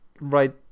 right